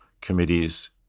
committees